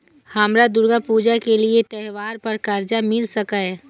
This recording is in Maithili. हमरा दुर्गा पूजा के लिए त्योहार पर कर्जा मिल सकय?